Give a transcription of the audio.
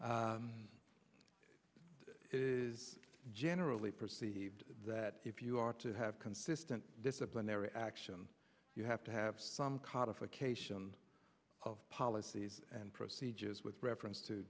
action is generally perceived that if you are to have consistent disciplinary action you have to have some codification of policies and procedures with reference to